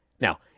Now